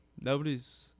Nobody's